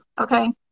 okay